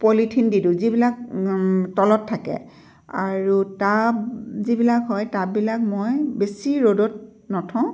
polythene দি দিওঁ যিবিলাক তলত থাকে আৰু টাব যিবিলাক হয় টাববিলাক মই বেছি ৰ'দত নথওঁ